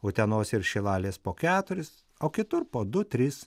utenos ir šilalės po keturis o kitur po du tris